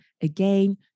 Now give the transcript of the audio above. again